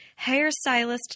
hairstylist